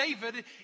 David